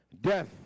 Death